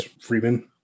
Freeman